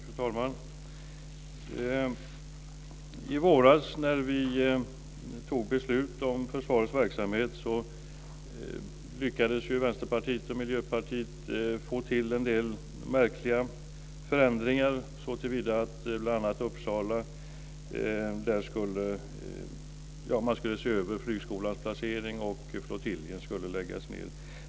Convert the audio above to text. Fru talman! I våras när vi fattade beslut om försvarets verksamhet lyckades Vänsterpartiet och Miljöpartiet få till en del märkliga förändringar såtillvida att man bl.a. när det gäller Uppsala skulle se över flygskolans placering. Flottiljen skulle läggas ned.